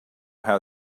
how